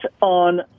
on